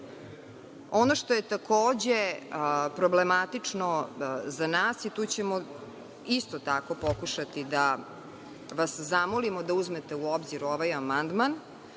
što je takođe problematično za nas, tu ćemo isto pokušati da vas zamolimo da uzmete u obzir ovaj amandman